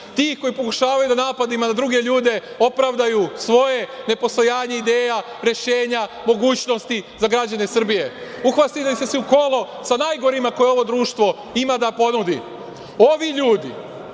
ti koji pokušavaju da napadima na druge ljude opravdaju svoje nepostojanje ideja, rešenja, mogućnosti za građane Srbije. Uhvatili ste se u kolo sa najgorima koje ovo društvo ima da ponudi. Ovi ljudi